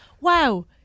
wow